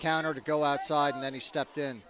counter to go outside and then he stepped in